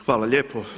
Hvala lijepo.